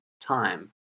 time